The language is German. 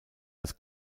als